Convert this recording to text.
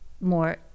more